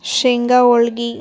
ಶೇಂಗಾ ಹೋಳ್ಗಿ